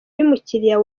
y’umukiriya